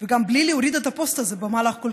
וגם בלי להוריד את הפוסט הזה במהלך כל